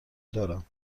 دارم